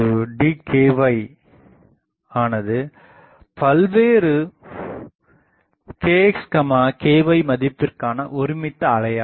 rdkxdky ஆனது பல்வேறு kxky மதிப்பிற்கான ஒருமித்த அலையாகும்